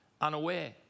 unaware